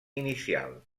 inicial